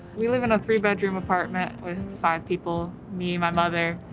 we live in a three-bedroom apartment with five people, me, my mother,